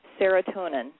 serotonin